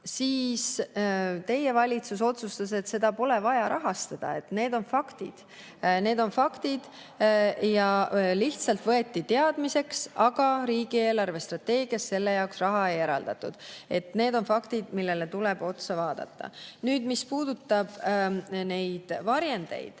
siis teie valitsus otsustas, et seda pole vaja rahastada. Need on faktid. Lihtsalt võeti teadmiseks, aga riigi eelarvestrateegias selle jaoks raha ei eraldatud. Need on faktid, millele tuleb otsa vaadata. Mis puudutab varjendeid,